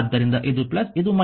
ಆದ್ದರಿಂದ ಇದು ಇದು